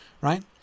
Right